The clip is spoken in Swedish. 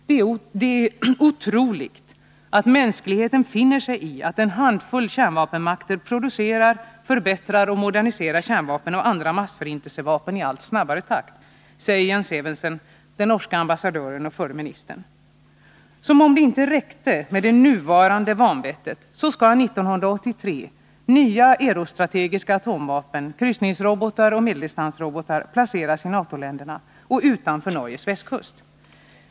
”Det är otroligt att mänskligheten finner sig i att en handfull kärnvapenmakter producerar, förbättrar och moderniserar kärnvapen och andra massförintelsevapen i allt snabbare takt”, säger Jens Evensen, den norske ambassadören och förre ministern. Som om det inte räckte med det nuvarande vanvettet skall 1983 nya eurostrategiska atomvapen — kryssningsrobotar och medeldistansrobotar — placeras i NATO-länder och utanför Norges västkust.